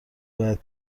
باید